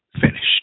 finished